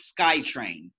SkyTrain